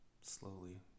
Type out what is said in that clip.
slowly